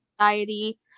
anxiety